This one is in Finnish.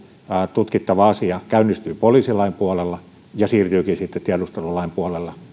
tutkittava asia käynnistyy poliisilain puolella ja siirtyykin sitten tiedustelulain puolella